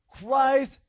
Christ